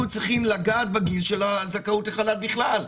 צריכים לגעת בגיל של הזכאות לחל"ת בכלל,